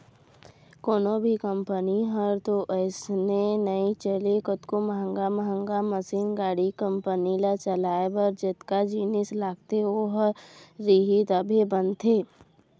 कोनो भी कंपनी ह तो अइसने नइ चलय कतको महंगा महंगा मसीन, गाड़ी, कंपनी ल चलाए बर जतका जिनिस लगथे ओ ह रही तभे बनथे